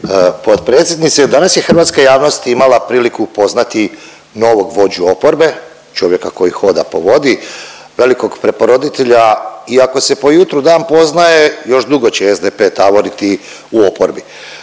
potpredsjednice. Danas je hrvatska javnost imala priliku upoznati novog vođu oporbe, čovjeka koji hoda po vodi, velikog preporoditelja i ako se po jutru dan poznaje, još dugo će SDP taboriti u oporbi.